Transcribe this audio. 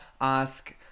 ask